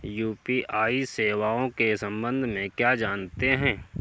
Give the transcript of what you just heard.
UPI सेवाओं के संबंध में क्या जानते हैं?